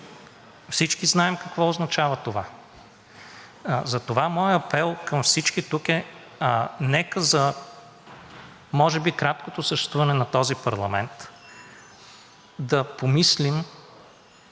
Всички знаем какво означава това. Затова моят апел към всички тук е: нека може би за краткото съществуване на този парламент да помислим